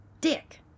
Dick